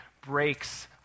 breaks